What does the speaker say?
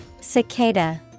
Cicada